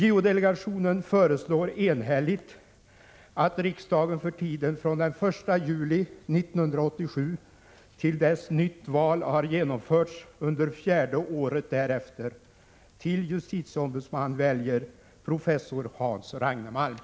JO-delegationen föreslår enhälligt att riksdagen för tiden från den 1 juli 1987 till dess nytt val har genomförts under fjärde året därefter till justitieombudsman väljer professor Hans Ragnemalm.